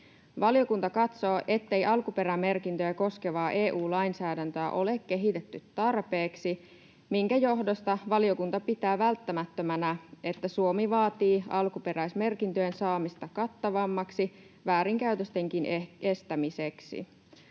Valiokunta katsoo, ettei alkuperämerkintöjä koskevaa EU-lainsäädäntöä ole kehitetty tarpeeksi, minkä johdosta valiokunta pitää välttämättömänä, että Suomi vaatii alkuperäismerkintöjen saamista kattavammaksi väärinkäytöstenkin estämiseksi.